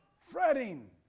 fretting